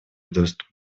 доступ